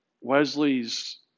Wesley's